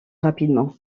rapidement